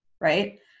Right